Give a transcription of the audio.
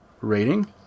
rating